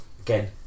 again